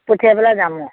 পঠিয়াই পেলাই যাম মই